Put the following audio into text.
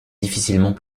difficilement